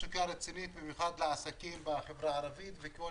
מצוקה רצינית במיוחד לעסקים בחברה הערבית וכל